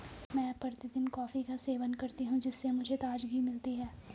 मैं प्रतिदिन कॉफी का सेवन करती हूं जिससे मुझे ताजगी मिलती है